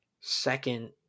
second